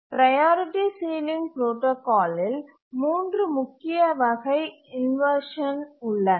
priority ceiling புரோடாகாலில் 3 முக்கிய வகை இன்வர்ஷன் உள்ளன